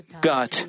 God